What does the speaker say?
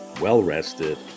well-rested